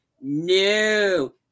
no